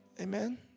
Amen